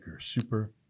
Super